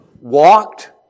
Walked